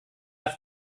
have